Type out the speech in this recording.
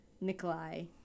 Nikolai